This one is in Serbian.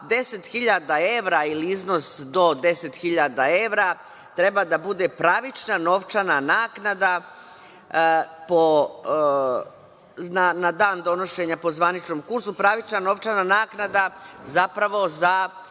hiljada evra, ili iznos do deset hiljada evra treba da bude pravična novčana naknada na dan donošenja po zvaničnom kursu, pravična novčana naknada zapravo za